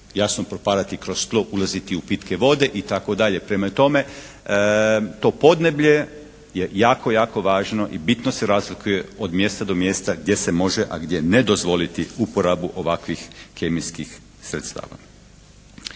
jasno propadati kroz tlo, ulaziti u pitke vode, itd. Prema tome to podneblje je jako, jako važno i bitno se razlikuje od mjesta do mjesta gdje se može, a ne dozvoliti uporabu ovakvih kemijskih sredstava.